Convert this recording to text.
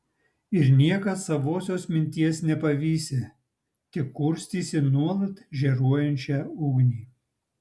ir niekad savosios minties nepavysi tik kurstysi nuolat žėruojančią ugnį